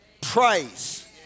praise